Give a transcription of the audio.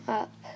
up